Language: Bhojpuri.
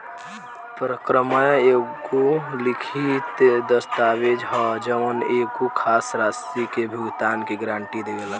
परक्रमय एगो लिखित दस्तावेज ह जवन एगो खास राशि के भुगतान के गारंटी देवेला